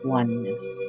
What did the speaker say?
oneness